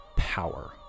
power